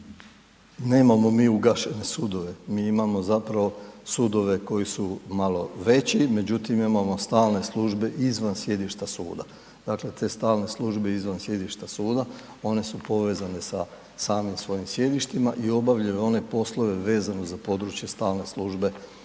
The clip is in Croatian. Nemamo mi ugašene sudove, mi imamo zapravo sudove koji su malo veći međutim imamo stalne službe izvan sjedišta suda. Dakle te stalne službe izvan sjedišta suda, one su povezane sa samim svojim sjedištima i obavljaju one poslove vezano za područje stalne službe na